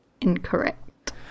incorrect